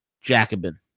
Jacobin